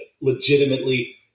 legitimately